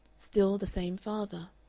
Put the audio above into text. still the same father.